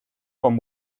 con